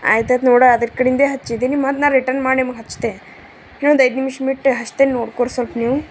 ಆಯ್ತು ಆಯ್ತು ನೋಡಿ ಅದರ ಕಡಿಂದೆ ಹಚ್ಚಿದೆ ನಿಮ್ಗೆ ಮತ್ತು ನಾನು ರಿಟರ್ನ್ ಮಾಡಿ ನಿಮ್ಗೆ ಹಚ್ತೆ ಇನ್ನೊಂದ್ ಐದು ನಿಮಿಷ ಬಿಟ್ಟು ಹಚ್ತೇನೆ ನೋಡ್ಕೊಳ್ರಿ ಸ್ವಲ್ಪ ನೀವು